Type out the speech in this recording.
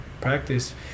practice